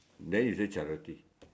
then is it charity